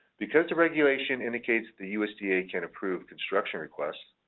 because the regulation indicates the usda can approve construction requests,